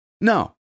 No